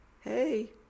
Hey